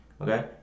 Okay